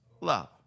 love